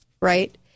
right